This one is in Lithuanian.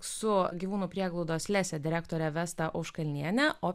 su gyvūnų prieglaudos lesė direktorė vesta auškalnienė o